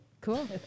Cool